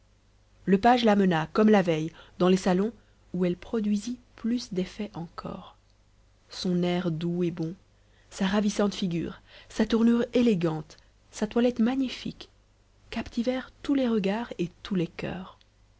le page la mena comme la veille dans les salons où elle produisit plus d'effet encore son air doux et bon sa ravissante figure sa tournure élégante sa toilette magnifique captivèrent tous les regards et tous les coeurs